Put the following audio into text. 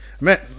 Man